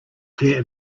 clear